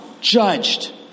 judged